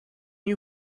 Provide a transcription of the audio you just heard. you